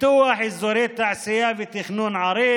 פיתוח אזורי תעשייה ותכנון ערים?